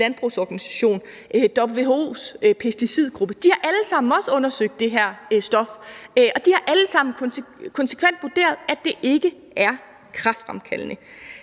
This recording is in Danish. landbrugsorganisation, og WHO's pesticidgruppe også alle sammen undersøgt det her stof, og de har alle sammen konsekvent vurderet, at det ikke er kræftfremkaldende.